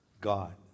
God